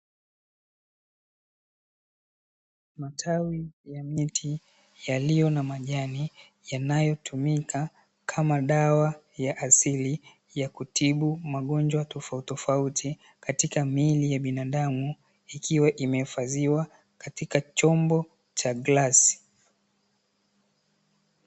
Matawi ya miti yaliyo na majani yanayotumika kama dawa ya asili ya kutibu magonjwa tofautitofauti katika miili ya binadamu, ikiwa imehifadhiwa katika chombo cha glasi.